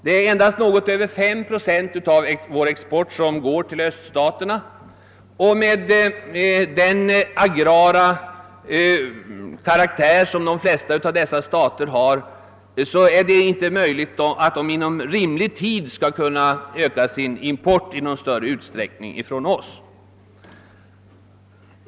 Det är endast något över 5 procent av vår export som går till öststaterna, och med den agrara karaktär som de flesta av de staterna har, är det omöjligt för dem att inom rimlig tid öka sin import från oss i någon större utsträckning.